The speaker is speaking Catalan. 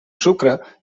sucre